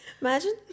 Imagine